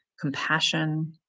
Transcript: compassion